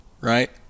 right